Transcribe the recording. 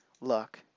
luck